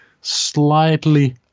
slightly